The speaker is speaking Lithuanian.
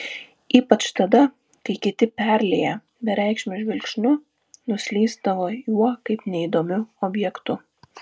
ypač tada kai kiti perlieję bereikšmiu žvilgsniu nuslysdavo juo kaip neįdomiu objektu